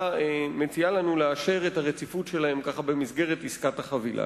מציעה לנו לאשר את הרציפות שלהם במסגרת עסקת החבילה.